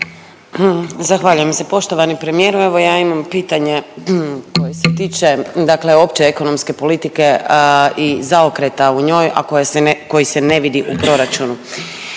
Zahvaljujem se. Poštovani premijeru, evo ja imam pitanje koje se tiče, dakle opće ekonomske politike i zaokreta u njoj, a koji se ne vidi u proračunu.